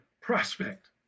prospect